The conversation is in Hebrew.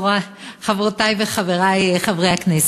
חברותי וחברי חברי הכנסת,